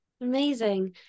Amazing